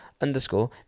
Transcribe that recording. underscore